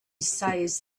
says